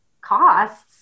costs